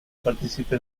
participe